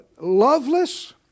loveless